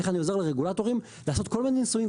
איך אני עוזר לרגולטורים לעשות כל מיני ניסויים,